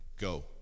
Go